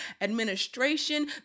administration